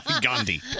Gandhi